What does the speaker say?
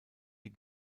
die